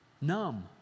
numb